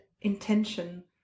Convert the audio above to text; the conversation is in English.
intention